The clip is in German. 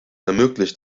ermöglicht